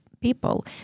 people